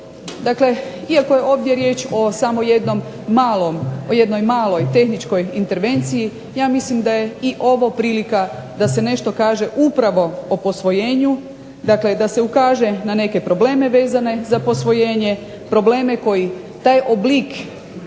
Dakle, iako je ovdje riječ o samo jednoj maloj tehničkoj intervenciji, ja mislim da je ovo prilika da se nešto kaže upravo o posvojenju, da se ukaže na neke probleme vezane za posvojenje, probleme koje taj oblik